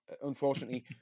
unfortunately